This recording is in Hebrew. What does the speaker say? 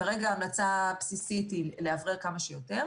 כרגע ההמלצה הבסיסית היא לאוורר כמה שיותר.